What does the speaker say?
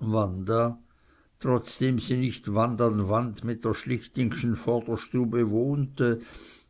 wanda trotzdem sie nicht wand an wand mit der schlichtingschen vorderstube wohnte